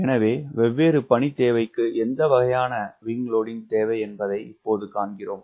எனவே வெவ்வேறு பணி தேவைக்கு எந்த வகையான விங் லோடிங் தேவை என்பதை இப்போது காண்கிறோம்